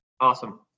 Awesome